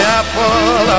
apple